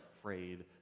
afraid